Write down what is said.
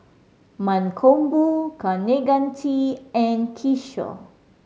Mankombu Kaneganti and Kishore